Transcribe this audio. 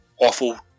awful